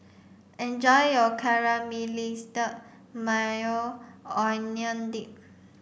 enjoy your Caramelized Maui Onion Dip